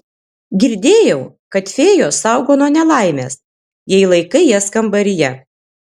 girdėjau kad fėjos saugo nuo nelaimės jei laikai jas kambaryje